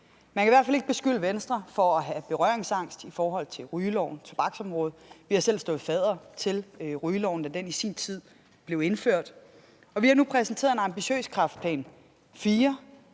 Man kan i hvert fald ikke beskylde Venstre for at have berøringsangst i forhold til rygeloven, tobaksområdet. Vi stod selv fadder til rygeloven, da den i sin tid blev indført. Og vi har nu præsenteret en ambitiøs Kræftplan